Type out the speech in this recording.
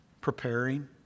Preparing